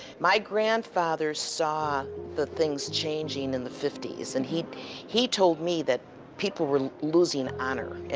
my grandfather saw the things changing in the fifty s, and he he told me that people were losing honor.